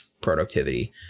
productivity